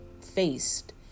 faced